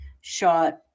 shot